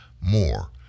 more